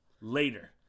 later